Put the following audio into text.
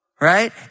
right